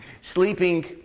sleeping